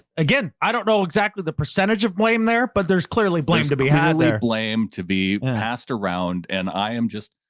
again, i don't know exactly the percentage of blame there, but there's clearly blame to be had there blame to brandan be passed around. and i am just,